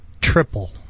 triple